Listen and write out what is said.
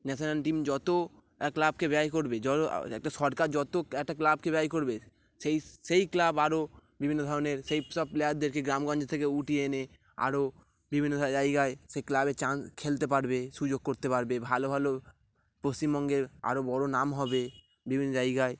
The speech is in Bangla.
ন্যাশনাল টিম যত ক্লাবকে ব্যয় করবে যত একটা সরকার যত একটা ক্লাবকে ব্যয় করবে সেই সেই ক্লাব আরও বিভিন্ন ধরনের সেই সব প্লেয়ারদেরকে গ্রামগঞ্জ থেকে উঠিয়ে এনে আরও বিভিন্ন জায়গায় সেই ক্লাবে চান্স খেলতে পারবে সুযোগ করতে পারবে ভালো ভালো পশ্চিমবঙ্গের আরও বড় নাম হবে বিভিন্ন জায়গায়